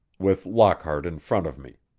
with lockhart in front of me.